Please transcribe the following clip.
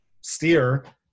steer